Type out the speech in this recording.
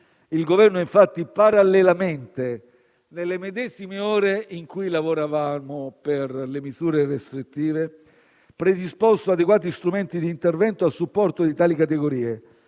il Governo ha infatti parallelamente - nelle medesime ore in cui lavoravamo per le misure restrittive - predisposto adeguati strumenti di intervento a supporto di tali categorie,